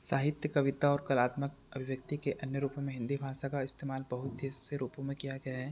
साहित्य कविता और कलात्मक अभिव्यक्ति के अन्य रूपों में हिन्दी भाषा का इस्तेमाल बहुत ही ऐसे रूपों में किया गया है